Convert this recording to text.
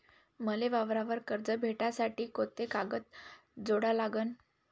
मले वावरावर कर्ज भेटासाठी कोंते कागद जोडा लागन?